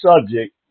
subject